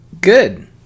good